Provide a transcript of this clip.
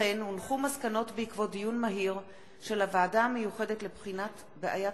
מסקנות הוועדה המיוחדת לבחינת בעיית